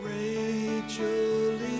Rachel